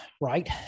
right